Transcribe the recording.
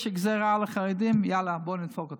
יש גזרה על החרדים, יאללה, בואו נדפוק אותם.